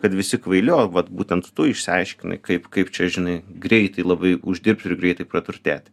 kad visi kvaili o vat būtent tu išsiaiškinai kaip kaip čia žinai greitai labai uždirbt ir greitai praturtėti